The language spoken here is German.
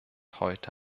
heute